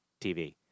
TV